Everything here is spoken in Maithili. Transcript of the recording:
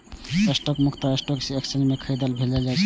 स्टॉक मुख्यतः स्टॉक एक्सचेंज मे खरीदल, बेचल जाइ छै